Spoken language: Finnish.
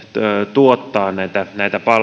tuottaa näitä näitä